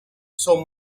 son